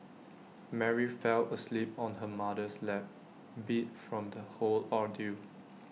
Mary fell asleep on her mother's lap beat from the whole ordeal